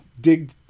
dig